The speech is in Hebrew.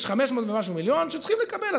יש 500 ומשהו מיליון שצריכים לקבל.